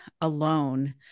alone